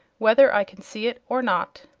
whether i can see it or not.